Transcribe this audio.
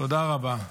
תודה רבה.